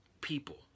people